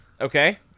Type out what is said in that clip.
Okay